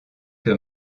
que